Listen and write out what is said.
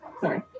Sorry